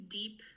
deep